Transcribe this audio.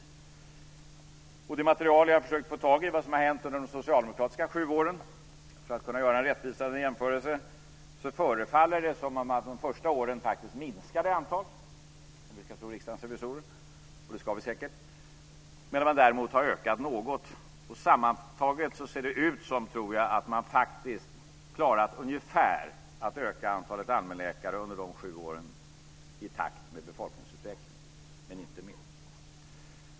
Att döma av det material jag försökt få tag i över vad som hänt under de socialdemokratiska sju åren, för att kunna göra en rättvisande jämförelse, förefaller det som antalet de första åren faktiskt minskade - om vi ska tro Riksdagens revisorer, och det ska vi säkert - medan det därefter har ökat något. Sammantaget ser det ut som om man under dessa sju år faktiskt har klarat att öka antalet allmänläkare ungefär i takt med befolkningsutvecklingen - men inte mer.